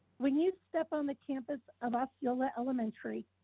when you step on the campus of osceola elementary,